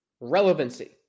relevancy